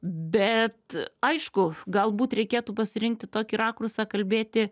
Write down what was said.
bet aišku galbūt reikėtų pasirinkti tokį rakursą kalbėti